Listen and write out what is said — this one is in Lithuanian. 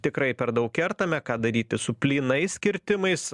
tikrai per daug kertame ką daryti su plynais kirtimais